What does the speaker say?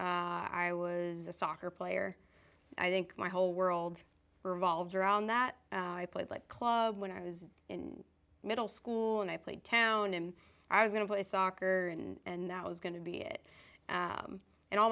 freshman i was a soccer player i think my whole world revolves around that i played like club when i was in middle school and i played town and i was going to play soccer and that was going to be it and all